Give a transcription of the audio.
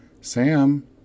Sam